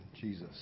Jesus